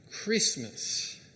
Christmas